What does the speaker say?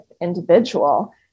individual